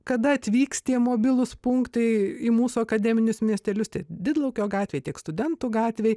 kada atvyks tie mobilūs punktai į mūsų akademinius miestelius didlaukio gatvėj tiek studentų gatvėj